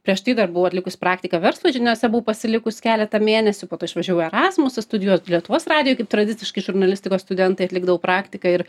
prieš tai dar buvau atlikusi praktiką verslo žiniose buvau pasilikus keletą mėnesių po to išvažiavau į erazmusą studijuot lietuvos radijoj kaip tradiciškai žurnalistikos studentai atlikdavau praktiką ir